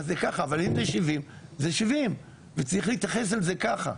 אבל אם זה 70, זה 70, וצריך להתייחס לזה ככה.